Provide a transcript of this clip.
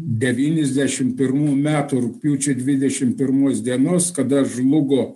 devyniasdešim pirmų metų rugpjūčio dvidešim pirmos dienos kada žlugo